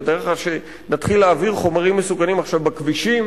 ותתאר לך שנתחיל להעביר חומרים מסוכנים בכבישים.